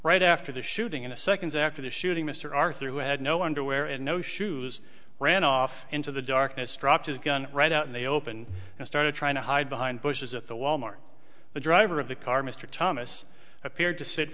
right after the shooting in the seconds after the shooting mr arthur who had no underwear and no shoes ran off into the darkness dropped his gun right out in the open and started trying to hide behind bushes at the wal mart the driver of the car mr thomas appeared to sit